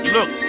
Look